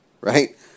right